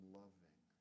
loving